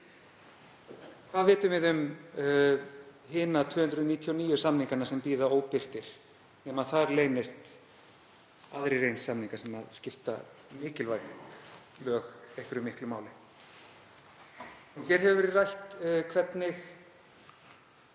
Hvað vitum við um hina 299 samningana sem bíða óbirtir, nema þar leynist aðrir eins samningar sem skipta mikilvæg lög einhverju miklu máli. Hér hefur verið rætt hvernig